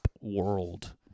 world